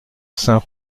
saint